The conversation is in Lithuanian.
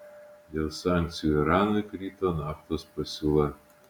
dėl sankcijų iranui krito naftos pasiūla